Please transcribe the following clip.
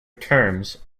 terms